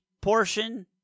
portion—